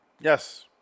Yes